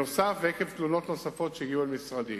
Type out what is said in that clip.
נוסף על כך, עקב תלונות נוספות שהגיעו אל משרדי,